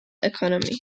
economy